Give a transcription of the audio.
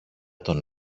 τον